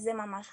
זה ממש חשוב.